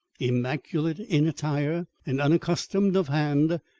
immaculate in attire and unaccustomed of hand,